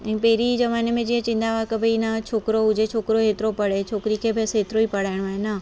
पहिरीं जमाने में जीअं चवंदा हुआ की भई न छोकिरो हुजे छोकिरो पढ़े छोकिरी खे बसि एतिरो ई पढ़ाइणो आहे न